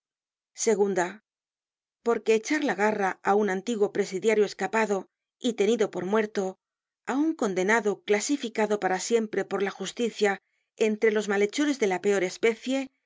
segunda porque echar la garra á un antiguo presidiario escapado y tenido por muerto á un condenado clasificado para siempre por la justicia entre los malhe chores de la peor especie